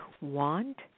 want